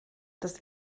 das